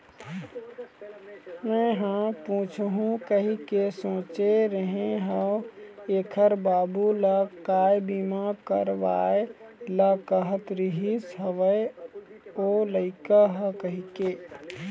मेंहा पूछहूँ कहिके सोचे रेहे हव ऐखर बाबू ल काय बीमा करवाय ल कहत रिहिस हवय ओ लइका ह कहिके